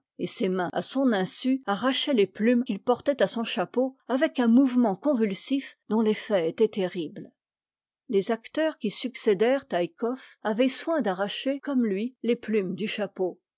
et ses mains à son insu arrachaient les plumes qu'il portait à son chapeau avec un mouvement convulsif dont l'effet était terrible les acteurs qui succédèrent à eckhoff avaient soin d'arracher tomme lui les plumes du chapeau